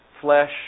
Flesh